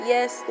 Yes